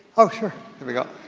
oh sure. here we go.